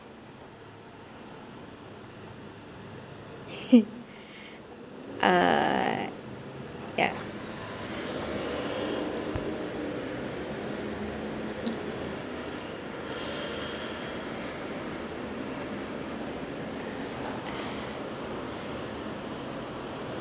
uh ya